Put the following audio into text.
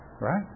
right